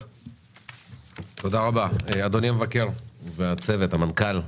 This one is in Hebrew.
אדוני המבקר, המנכ"ל והצוות,